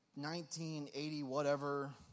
1980-whatever